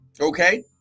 okay